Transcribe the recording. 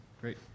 Great